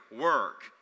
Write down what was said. work